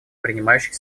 принимающей